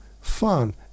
fun